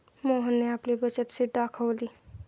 मोहनने आपली बचत शीट दाखवली